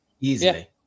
easily